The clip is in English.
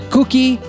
Cookie